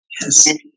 Yes